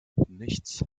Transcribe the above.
nichts